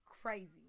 crazy